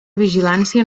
vigilància